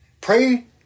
Pray